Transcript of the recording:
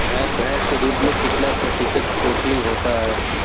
भैंस के दूध में कितना प्रतिशत प्रोटीन होता है?